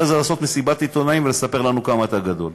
אחרי זה לעשות מסיבת עיתונאים ולספר לנו כמה אתה גדול.